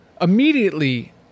immediately